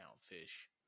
fish